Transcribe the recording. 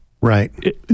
Right